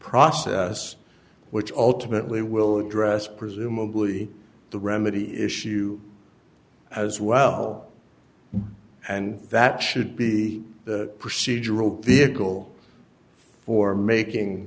process which ultimately will address presumably the remedy issue as well and that should be the procedural vehicle for making